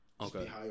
okay